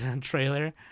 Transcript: trailer